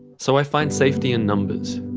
so i find safety in numbers,